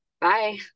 Bye